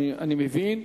אני מבין.